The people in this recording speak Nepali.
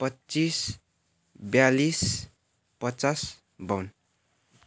पच्चिस ब्यालिस पचास बाउन्न